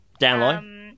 download